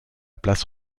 place